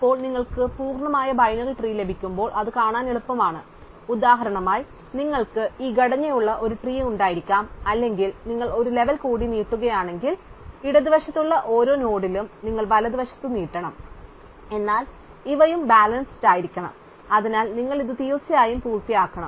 അപ്പോൾ നിങ്ങൾക്ക് പൂർണ്ണമായ ബൈനറി ട്രീസ് ലഭിക്കുമ്പോൾ അത് കാണാൻ എളുപ്പമാണ് അതിനാൽ ഉദാഹരണമായി നിങ്ങൾക്ക് ഈ ഘടനയുള്ള ഒരു ട്രീ ഉണ്ടായിരിക്കാം അല്ലെങ്കിൽ നിങ്ങൾ ഒരു ലെവൽ കൂടി നീട്ടുകയാണെങ്കിൽ ഇടതുവശത്തുള്ള ഓരോ നോഡിലും നിങ്ങൾ വലതുവശത്ത് നീട്ടണം എന്നാൽ ഇവയും ബാലൻസ്ഡ് അയിരിക്കണം അതിനാൽ നിങ്ങൾ ഇത് തീർച്ചയായും പൂർത്തിയാക്കണം